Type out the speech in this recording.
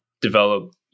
develop